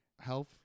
health